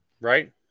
Right